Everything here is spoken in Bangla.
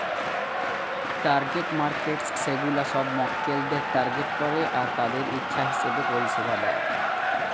টার্গেট মার্কেটস সেগুলা সব মক্কেলদের টার্গেট করে আর তাদের ইচ্ছা হিসাবে পরিষেবা দেয়